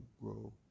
grow